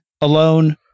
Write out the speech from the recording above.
alone